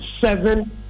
seven